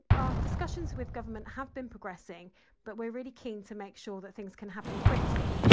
our discussions with government have been progressing but we're really keen to make sure that things can happen quickly,